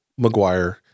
McGuire